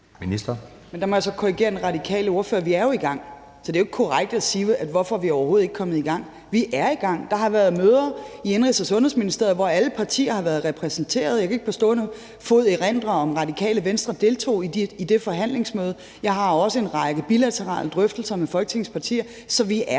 Løhde): Der må jeg så korrigere den radikale ordfører. Vi er jo i gang, så det er ikke korrekt at spørge om, hvorfor vi overhovedet ikke er kommet i gang. Vi er i gang. Der har været møder i Indenrigs- og Sundhedsministeriet, hvor alle partier har været repræsenteret. Jeg kan ikke på stående fod erindre, om Radikale Venstre deltog i det forhandlingsmøde. Jeg har også en række bilaterale drøftelser med Folketingets partier. Så vi er